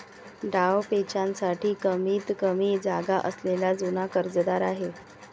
डावपेचांसाठी कमीतकमी जागा असलेला जुना कर्जदार आहे